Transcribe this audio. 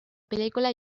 película